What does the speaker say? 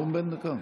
נאום בן דקה.